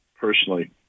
personally